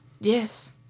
Yes